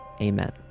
Amen